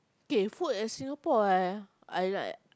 K food at Singapore what I like